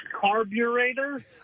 carburetor